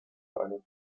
eine